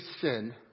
sin